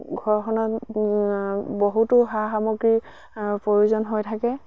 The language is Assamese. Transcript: ঘৰখনত বহুতো সা সামগ্ৰীৰ প্ৰয়োজন হৈ থাকে